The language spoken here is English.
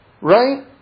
Right